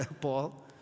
Paul